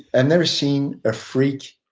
and never seen a freak,